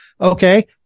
Okay